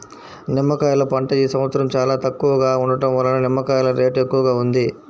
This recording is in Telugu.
నిమ్మకాయల పంట ఈ సంవత్సరం చాలా తక్కువగా ఉండటం వలన నిమ్మకాయల రేటు ఎక్కువగా ఉంది